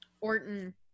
Orton –